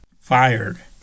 fired